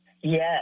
Yes